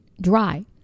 dry